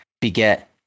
beget